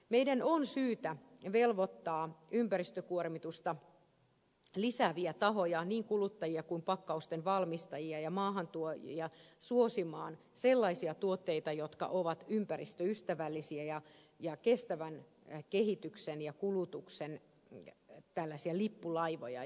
meidän on syytä velvoittaa ympäristökuormitusta lisääviä tahoja niin kuluttajia kuin pakkausten valmistajia ja maahantuojiakin suosimaan sellaisia tuotteita jotka ovat ympäristöystävällisiä ja kestävän kehityksen ja kulutuksen lippulaivoja